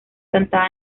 santa